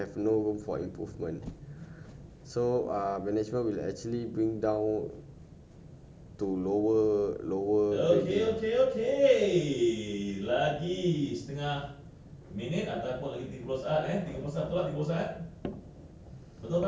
this is what I heard from ah from harries ah he told me that if you grade yourself high ah then management will think that you have no room for improvement so ah management will actually move down to lower lower